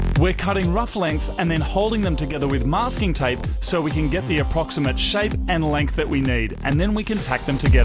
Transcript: we're cutting rough lengths and then holding together with masking tape so we can get the approximate shape and length that we need. and then we can tack them together.